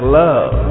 love